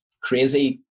crazy